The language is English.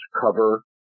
cover